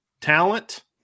Talent